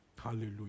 Hallelujah